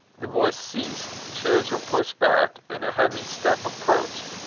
the voice ceased, chairs were pushed back, and a heavy step approached.